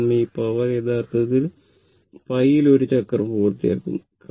അതേസമയം ഈ പവർ യഥാർത്ഥത്തിൽ π ൽ 1 ചക്രം പൂർത്തിയാക്കുന്നു